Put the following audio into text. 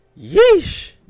Yeesh